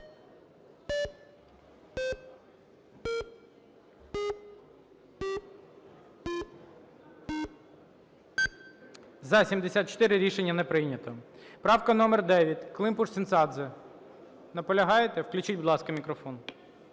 За-74 Рішення не прийнято. Правка номер 9, Климпуш-Цинцадзе. Наполягаєте? Включіть, будь ласка, мікрофон.